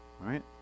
right